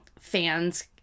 fans